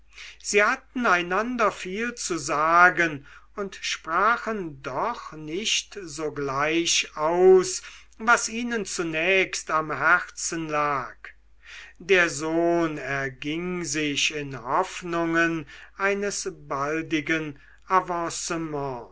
sie hatten einander viel zu sagen und sprachen doch nicht sogleich aus was ihnen zunächst am herzen lag der sohn erging sich in hoffnungen eines baldigen